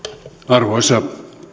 arvoisa